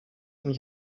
ich